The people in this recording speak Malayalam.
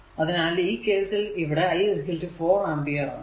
അതിനാൽ ഈ കേസിൽ ഇവിടെ i 4 അമ്പിയർ ആണ്